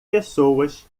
pessoas